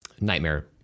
nightmare